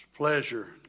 Pleasure